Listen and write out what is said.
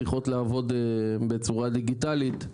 צריכות לעבוד בצורה דיגיטלית,